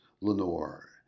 Lenore